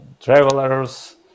travelers